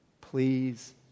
please